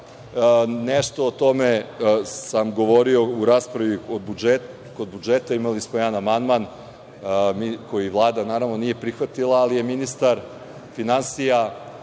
Nešto o tome sam govorio u raspravi o budžetu. Imali smo jedan amandman, koji Vlada nije prihvatila, ali je ministar finansija